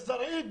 בזרעית,